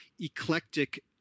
eclectic